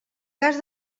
cas